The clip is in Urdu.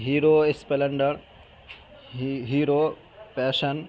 hero Splendor Hero passion